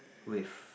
with